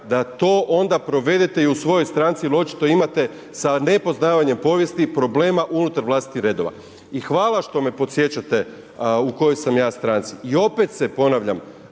da to onda provedete i u svojoj stranci jer očito imate sa nepoznavanjem povijesti problema unutar vlastitih redova. I hvala što me podsjećate u kojoj sam ja stranci i opet se ponavljam,